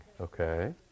okay